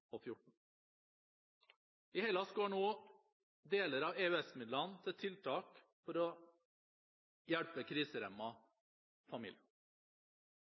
I Hellas går nå deler av EØS-midlene til tiltak for å hjelpe